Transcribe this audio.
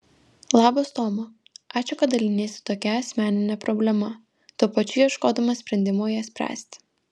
labas toma ačiū kad daliniesi tokia asmenine problema tuo pačiu ieškodama sprendimo ją spręsti